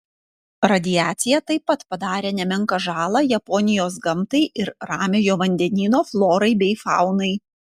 radiacija taip pat padarė nemenką žalą japonijos gamtai ir ramiojo vandenyno florai bei faunai